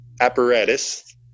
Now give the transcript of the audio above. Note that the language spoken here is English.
apparatus